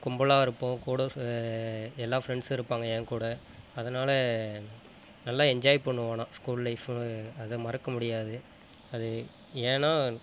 கும்பலாக இருப்போம் கூட எல்லா ஃபிரண்ட்ஸும் இருப்பாங்க எங்ககூட அதனால் நல்லா என்ஜாய் பண்ணுவோம் ஆனால் ஸ்கூல் லைஃப் அதை மறக்க முடியாது அது ஏன்னால்